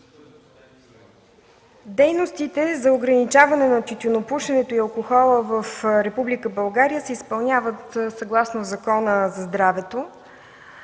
Дейностите за ограничаване на тютюнопушенето и алкохола в Република България се изпълняват съгласно Закона за здравето.